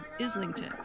islington